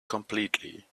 completely